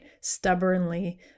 stubbornly